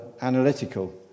analytical